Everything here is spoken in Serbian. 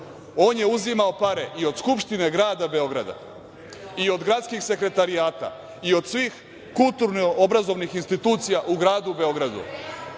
On je uzimao pare i od Skupštine grada Beograda i od gradskih sekretarijata i od svih kulturno-obrazovnih institucija u gradu Beogradu.